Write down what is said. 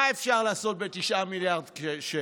מה אפשר לעשות ב-9 מיליארד שקל,